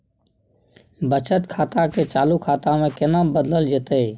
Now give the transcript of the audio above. बचत खाता के चालू खाता में केना बदलल जेतै?